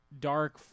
dark